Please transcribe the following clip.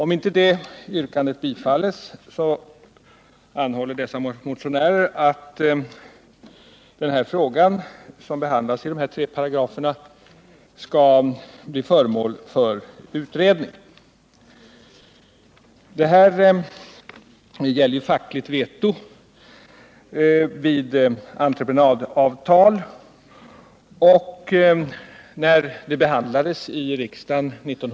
Om inte det yrkandet bifalles anhåller motionärerna att den fråga som behandlas i dessa tre paragrafer skall bli föremål för utredning. Frågan gäller facklig vetorätt i samband med entreprenadavtal.